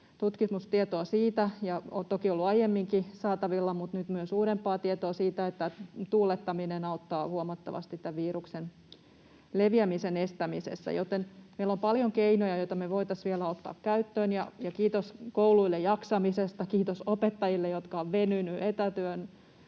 tutkimustietoa siitä — ja on toki ollut aiemminkin saatavilla, mutta nyt myös uudempaa tietoa — että tuulettaminen auttaa huomattavasti tämän viruksen leviämisen estämisessä. Joten meillä on paljon keinoja, joita me voitaisiin vielä ottaa käyttöön, ja kiitos kouluille jaksamisesta. Kiitos opettajille, jotka ovat venyneet etäkoulun